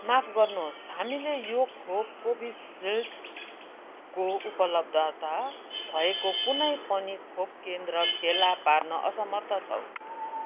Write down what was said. माफ गर्नुहोस् हामीले यो खोप कोविशील्डको उपलब्धता भएको कुनै पनि खोप केन्द्र फेला पार्न असमर्थ छौँ